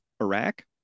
Iraq